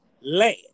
land